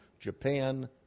Japan